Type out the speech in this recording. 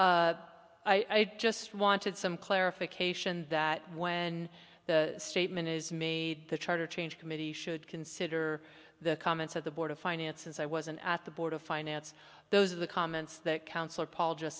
stated i just wanted some clarification that when the statement is made the charter change committee should consider the comments of the board of finance since i wasn't at the board of finance those are the comments that counselor paul just